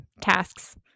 tasks